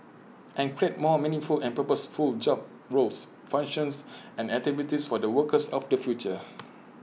and create more meaningful and purposeful job roles functions and activities for the workers of the future